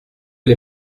les